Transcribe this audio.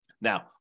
Now